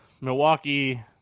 Milwaukee